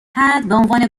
بهعنوان